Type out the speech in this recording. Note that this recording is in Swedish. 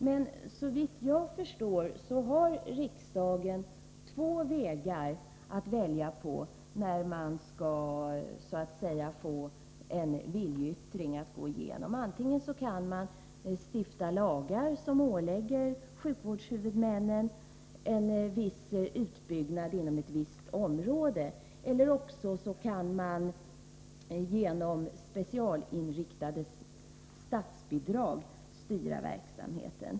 Men såvitt jag förstår har riksdagen två vägar att välja på när man skall driva igenom en viljeyttring. Antingen kan man stifta lagar som ålägger sjukvårdshuvudmännen en viss utbyggnad inom ett visst område, eller också kan man genom specialinriktade statsbidrag styra verksamheten.